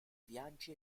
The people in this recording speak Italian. viaggi